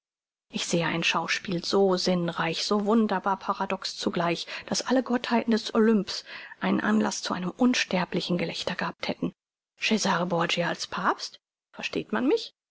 ich sehe ein schauspiel so sinnreich so wunderbar paradox zugleich daß alle gottheiten des olymps einen anlaß zu einem unsterblichen gelächter gehabt hätten cesare borgia als papst versteht man mich